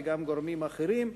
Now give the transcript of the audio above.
וגם גורמים אחרים,